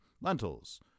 Lentils